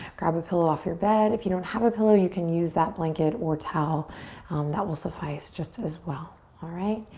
grab a pillow off your bed. if you don't have a pillow, you can use that blanket or towel um that will suffice just as well. alright?